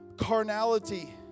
carnality